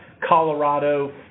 Colorado